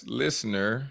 listener